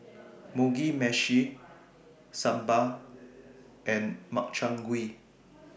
Mugi Meshi Sambar and Makchang Gui